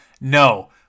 No